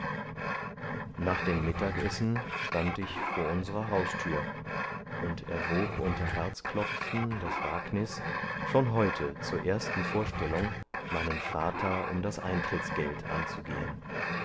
nach dem mittagsessen stand ich vor unserer haustür und erwog unter herzklopfen das wagnis schon heute zur ersten vorstellung meinen vater um das eintrittsgeld anzugehen